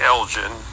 Elgin